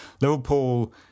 Liverpool